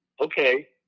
Okay